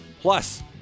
Plus